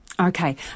Okay